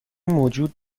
موجود